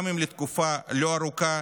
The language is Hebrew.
גם אם לתקופה לא ארוכה,